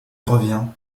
revient